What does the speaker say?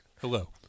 Hello